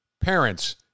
parents